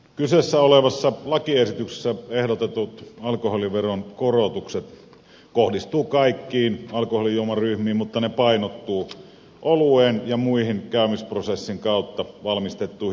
kyseessä olevassa lakiesityksessä ehdotetut alkoholiveron korotukset kohdistuvat kaikkiin alkoholijuomaryhmiin mutta ne painottuvat olueen ja muihin käymisprosessin kautta valmistettuihin juomiin